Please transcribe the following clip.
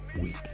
week